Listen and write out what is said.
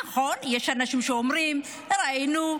נכון, יש אנשים שאומרים: ראינו.